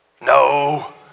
No